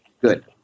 Good